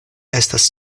estas